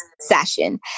session